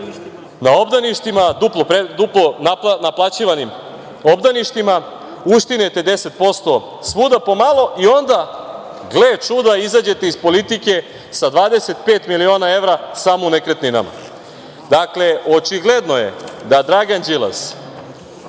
na obdaništima, duplo naplaćivanim obdaništima, uštinete 10% svuda pomalo i onda, gle čuda, izađete iz politike sa 25.000.000 evra samo u nekretninama. Dakle, očigledno je da Dragan Đilas